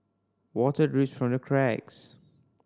water drips from the cracks